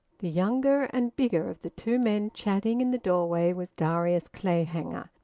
the younger and bigger of the two men chatting in the doorway was darius clayhanger,